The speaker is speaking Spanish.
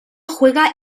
juega